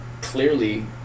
clearly